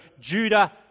Judah